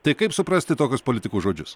tai kaip suprasti tokius politikų žodžius